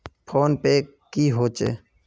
Phone पै की होचे?